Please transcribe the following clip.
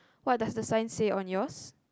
what does the sign say on yours